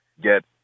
get